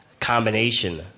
combination